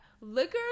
Liquor